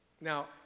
Now